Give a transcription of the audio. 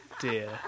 dear